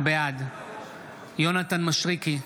בעד יונתן מישרקי,